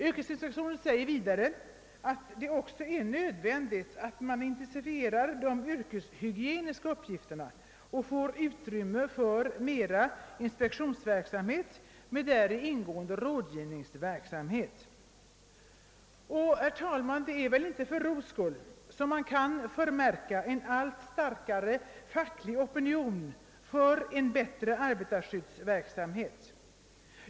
Yrkesinspektionen anser det vidare nödvändigt att intensifiera de vyrkeshygieniska uppgifterna och att få utrymme för mer inspektionsverksamhet med däri ingående rådgivningsverksamhet. Herr talman! Det är säkert inte för ro skull som man på fackligt håll gett uttryck för en allt starkare opinion för en bättre arbetarskyddsverksamhet.